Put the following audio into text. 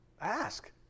Ask